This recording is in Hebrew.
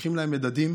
לוקחים להם מדדים,